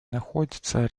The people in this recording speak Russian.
находиться